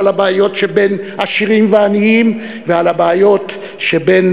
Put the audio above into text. על הבעיות שבין עשירים ועניים ועל הבעיות שבין